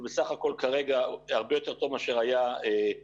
זה בסך הכול כרגע הרבה יותר טוב מאשר היה בעבר.